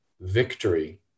victory